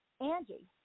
Angie